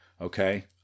okay